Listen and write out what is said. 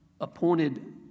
appointed